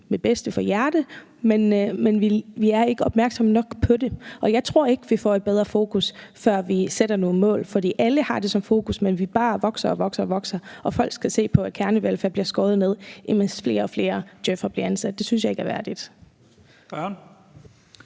af et godt hjerte, men vi er ikke opmærksomme nok på det, og jeg tror ikke, vi får et bedre fokus, før vi sætter nogle mål. For alle har det som fokus, men vi vokser og vokser bare, og samtidig folk skal se på, at kernevelfærden bliver skåret ned, imens flere og flere djøf'ere bliver ansat. Det synes jeg ikke er værdigt.